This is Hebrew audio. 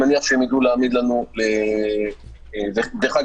דרך אגב,